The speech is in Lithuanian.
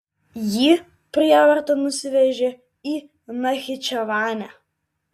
jį prievarta nusivežė į nachičevanę